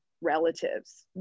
relatives